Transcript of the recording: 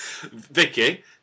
vicky